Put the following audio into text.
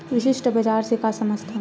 विशिष्ट बजार से का समझथव?